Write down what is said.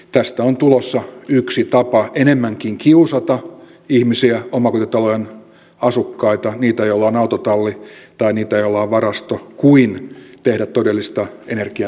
tästä on tulossa yksi tapa ennemminkin kiusata ihmisiä omakotitalojen asukkaita niitä joilla on autotalli tai niitä joilla on varasto kuin tehdä todellista energian säästämistä